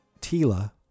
Tila